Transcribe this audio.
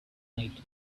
night